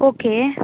okay